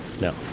No